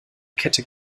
kette